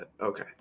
Okay